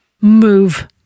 Move